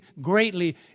greatly